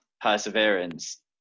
perseverance